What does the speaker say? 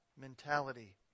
Mentality